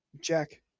Jack